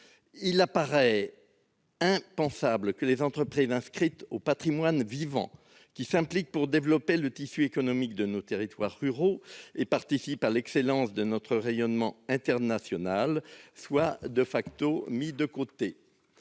Il paraît impensable que des entreprises inscrites au patrimoine vivant, qui s'impliquent pour développer le tissu économique de nos territoires et participent à l'excellence de notre rayonnement international soient mises de côté.